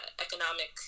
economic